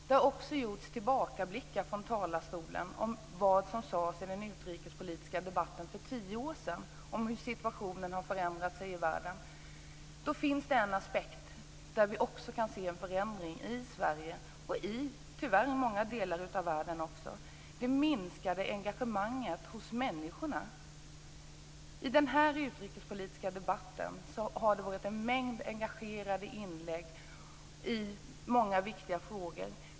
Det har också gjorts tillbakablickar från talarstolen om vad som sades i den utrikespolitiska debatten för tio år sedan och om hur situationen har förändrats i världen. Det finns ett område där vi kan se en förändring också i Sverige och tyvärr i många andra delar av världen. Det gäller det minskade engagemanget hos människorna. I denna utrikespolitiska debatt har det hållits många engagerade anföranden om många viktiga frågor.